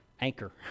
Anchor